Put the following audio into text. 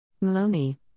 Maloney